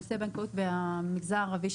בנושא בנקאות במגזר הערבי.